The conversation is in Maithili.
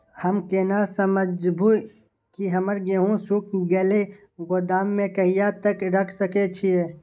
हम केना समझबे की हमर गेहूं सुख गले गोदाम में कहिया तक रख सके छिये?